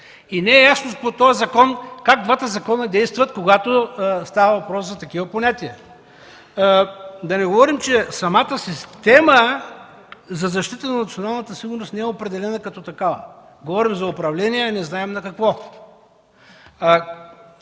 Не е ясно как действат двата закона, когато става въпрос за такива понятия. Да не говорим, че самата система за защита на националната сигурност не е определена като такава. Говорим за управление, а не знаем на какво.